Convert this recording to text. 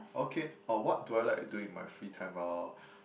okay or what do I like to do in my free time uh